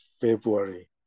February